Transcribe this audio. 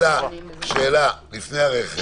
--- שאלה, לפני הרכב.